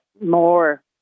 more